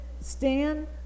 stand